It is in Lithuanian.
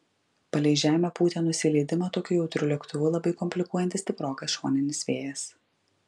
palei žemę pūtė nusileidimą tokiu jautriu lėktuvu labai komplikuojantis stiprokas šoninis vėjas